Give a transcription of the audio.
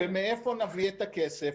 ומאיפה נביא את הכסף?